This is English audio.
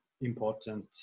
important